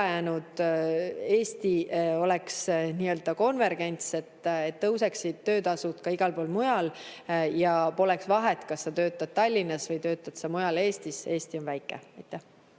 Eestis toimuks nii-öelda konvergents, et tõuseksid töötasud ka igal pool mujal ja poleks vahet, kas sa töötad Tallinnas või töötad sa mujal Eestis. Eesti on väike.